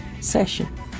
session